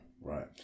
right